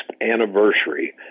anniversary